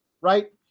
right